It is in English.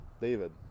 David